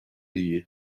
iyi